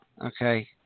Okay